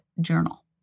Journal